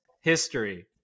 history